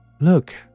Look